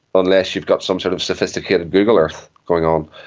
unless you've got some sort of sophisticated google earth going on.